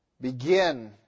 begin